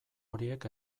horiek